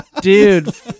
Dude